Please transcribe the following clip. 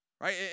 right